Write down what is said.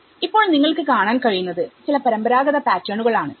ഇപ്പൊൾ നിങ്ങൾക്ക് കാണാൻ കഴിയുന്നത് ചില പരമ്പരാഗത പാറ്റേർണുകൾ ആണ്